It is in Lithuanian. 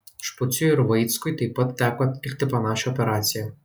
špuciui ir vaickui taip pat teko atlikti panašią operaciją